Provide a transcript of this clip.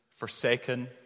forsaken